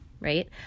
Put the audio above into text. right